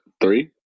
three